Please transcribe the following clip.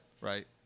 right